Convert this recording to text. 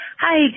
Hi